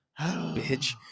bitch